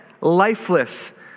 lifeless